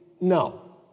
no